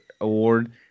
award